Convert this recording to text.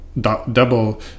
Double